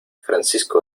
francisco